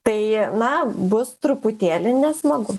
tai na bus truputėlį nesmagu